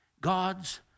God's